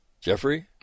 Jeffrey